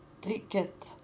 ticket